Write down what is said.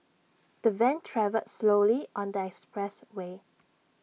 the van travelled slowly on the expressway